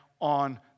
on